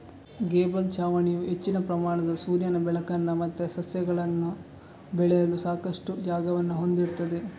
gable ಛಾವಣಿಯು ಹೆಚ್ಚಿನ ಪ್ರಮಾಣದ ಸೂರ್ಯನ ಬೆಳಕನ್ನ ಮತ್ತೆ ಸಸ್ಯಗಳನ್ನ ಬೆಳೆಯಲು ಸಾಕಷ್ಟು ಜಾಗವನ್ನ ಹೊಂದಿರ್ತದೆ